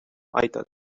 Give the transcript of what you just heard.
айтат